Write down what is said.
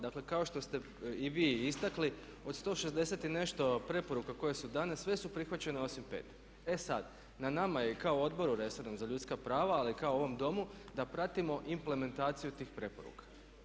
Dakle kao što ste i vi istakli od 160 i nešto preporuka koje su dane sve su prihvaćene osim 5. E sad, na nama je kao odboru resornom za ljudska prava ali i kao ovom domu da pratimo implementaciju tih preporuka.